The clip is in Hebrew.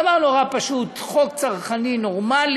זה דבר נורא פשוט, חוק צרכני נורמלי,